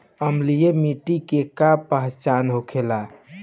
अम्लीय मिट्टी के का पहचान होखेला?